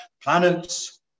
planets